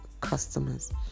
customers